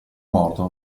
morto